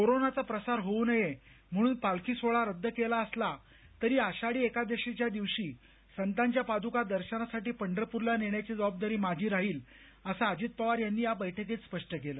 corona प्रसार होऊ नये म्हणून पालखी सोहळा रद्द केला असला तरी आषाढी एकादशीच्या दिवशी संतांच्या पाद्का दर्शनासाठी पंढरपूरला नेण्याची जबाबदारी माझी राहील असं अजित पवार यांनी बैठकीत स्पष्ट केलं